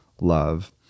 love